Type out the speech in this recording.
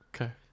okay